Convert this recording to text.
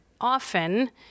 often